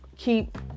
keep